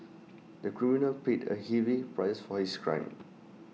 the criminal paid A heavy price for his crime